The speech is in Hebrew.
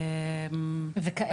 וב'